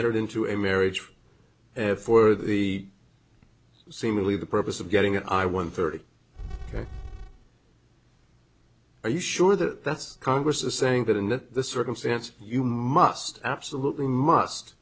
entered into a marriage for the seemingly the purpose of getting it i won thirty are you sure that that's congress is saying that in that circumstance you must absolutely must